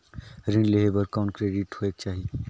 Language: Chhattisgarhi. ऋण लेहे बर कौन क्रेडिट होयक चाही?